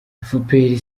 efuperi